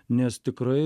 nes tikrai